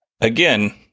again